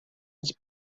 its